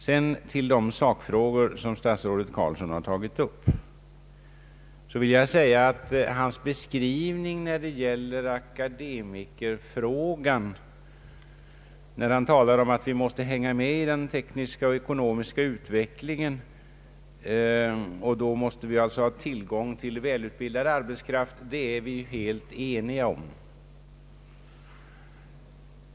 Beträffande de sakfrågor som statsrådet tog upp vill jag säga att hans beskrivning av den akademiska utbildningen, bl.a. då han nämner att vi måste hänga med i den tekniska och ekonomiska utvecklingen och således ha tillgång till välutbildad arbetskraft, den är vi helt ense om.